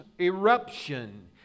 Eruption